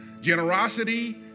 generosity